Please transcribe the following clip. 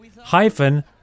hyphen